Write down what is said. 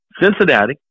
Cincinnati